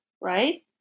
right